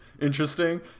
interesting